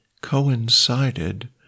coincided